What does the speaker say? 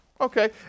Okay